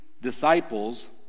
disciples